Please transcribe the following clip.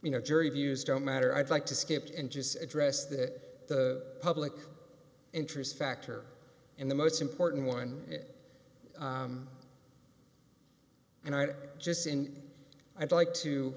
you know jury views don't matter i'd like to skip it and just address that the public interest factor in the most important one and i just in i'd like to